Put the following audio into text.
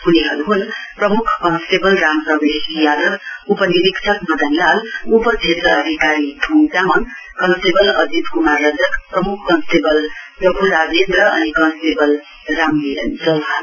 उनीहरु ह्न् प्रम्ख कन्सटेबल राम प्रवेश यादव उप निरीक्षक मदन लाल उप क्षेत्र अधिकारी योङजामाङ कन्सटेबल अजित कुमार रजक प्रमुख कन्सटेबल प्रबु राजेन्द्र अनि कन्सटेबल राममिलन चौहान